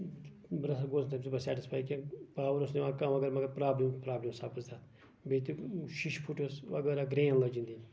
بہٕ نہ سا گوس تَمہِ سۭتۍ بہٕ سیٹٕسفاے کیٚنٛہہ پاور اوس یِوان کَم مَگر پرابلِم پرابلِم سَپٕز تَتھ بیٚیہِ تہِ شیٖشہٕ پھُٹُس وغیرہ گرین لٲجِنۍ دِنۍ